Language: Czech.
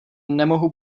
nemohu